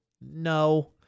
no